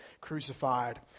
crucified